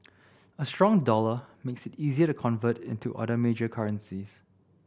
a strong dollar makes it easier to convert into other major currencies